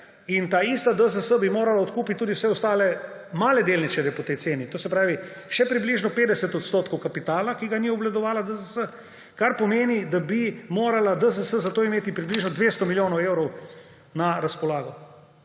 in taista DZS bi morala odkupiti tudi vse ostale male delničarje po tej ceni. To se pravi, še približno 50 % kapitala, ki ga ni obvladovala DZS, kar pomeni, da bi morala DZS za to imeti približno 200 milijonov evrov na razpolago.